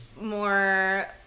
more